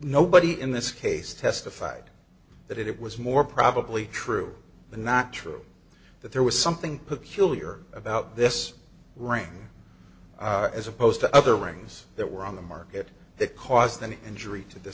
nobody in this case testified that it was more probably true not true that there was something peculiar about this rain as opposed to other rings that were on the market that caused any injury to th